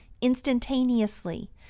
instantaneously